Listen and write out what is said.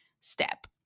step